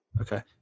Okay